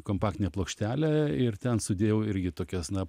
kompaktinę plokštelę ir ten sudėjau irgi tokias na